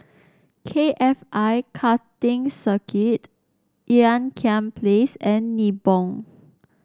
K F I Karting Circuit Ean Kiam Place and Nibong